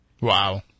Wow